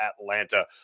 Atlanta